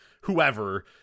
whoever